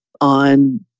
on